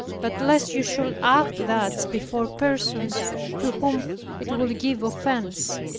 but lest you should act thus before persons to whom it would give offence.